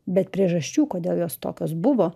bet priežasčių kodėl jos tokios buvo